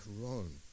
wrong